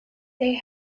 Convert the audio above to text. they